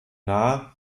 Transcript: nahe